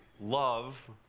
love